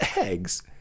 eggs